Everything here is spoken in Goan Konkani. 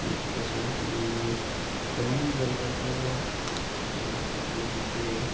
तशेंच प्लॅन करपाचो हेतू म्हणजे